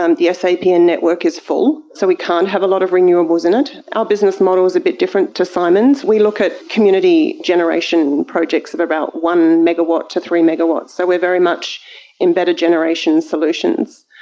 um the sapn network is full, so we can't have a lot of renewables in it. our business model is a bit different to simon's. we look at community generation projects of about one megawatt to three megawatts, so we are very much embedded generation solutions.